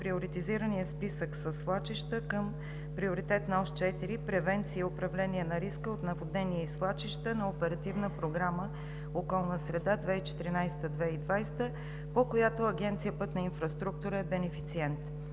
приоритизирания списък със свлачища към Приоритетна ос 4 „Превенция и управление на риска от наводнения и свлачища“ на Оперативна програма „Околна среда 2014 – 2020“, по която Агенция „Пътна инфраструктура“ е бенефициент.